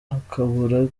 akabura